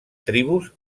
tribus